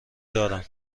دارم